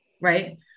right